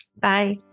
Bye